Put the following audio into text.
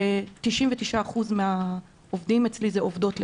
99 אחוזים מהעובדים אצלי הן עובדות.